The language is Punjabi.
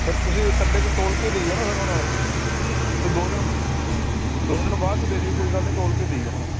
ਫਿਰ ਤੁਸੀਂ ਕੰਡੇ 'ਤੇ ਤੋਲ ਕੇ ਦਇਓ ਨਾ ਫਿਰ ਹੁਣ ਦੋ ਦਿਨ ਦੋ ਦਿਨ ਬਾਅਦ 'ਚ ਦੇ ਦਿਓ ਕੋਈ ਗੱਲ ਨਹੀਂ ਤੋਲ ਕੇ ਦਇਓ ਹੁਣ